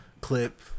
clip